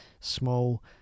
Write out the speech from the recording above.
small